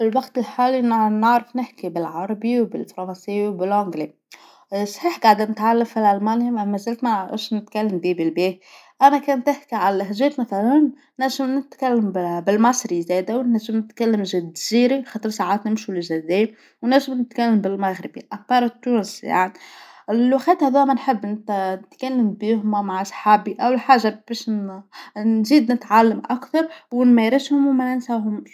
الوقت حالي انه عم نعرف نحكي بالعربي وبالفرنسيه وبالأونقلي، اه صحيح قاعدة نتعلم في الألماني مع مساف معودش نتكلم بيه ف البيت، انا كنت أحكي عن اللهجات مثلا ناشوا ونتكلم بالمصرى زادا ناشو نتكلم الجزيرة خاطر ساعات نمشو للچزائر ونسو نتكلم بالمغربى، أقرت تونس يعنى اللوخات ديما نحب نت-ننتكل بيهم مع صحابى، أول حاجة بيش ن-نزيد نتعلم نتكلم مع صحابي اول حاجة باش نزيد أكثر ونمارسهم ومننساهمش.